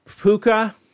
Puka